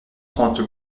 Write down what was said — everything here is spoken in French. trente